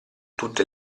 tutte